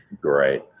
Great